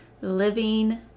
living